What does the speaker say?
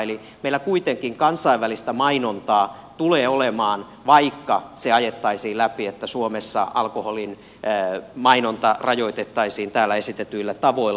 eli meillä kuitenkin kansainvälistä mainontaa tulee olemaan vaikka se ajettaisiin läpi että suomessa alkoholin mainonta rajoitettaisiin täällä esitetyillä tavoilla